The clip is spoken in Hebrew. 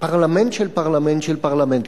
פרלמנט של פרלמנט של פרלמנט,